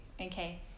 okay